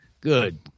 Good